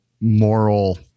moral